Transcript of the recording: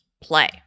play